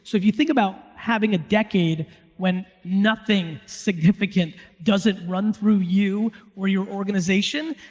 so if you think about having a decade when nothing significant doesn't run through you or your organization,